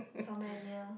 somewhere near